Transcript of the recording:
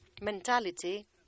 mentality